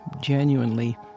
genuinely